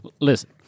Listen